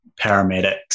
paramedics